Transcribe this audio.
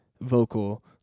vocal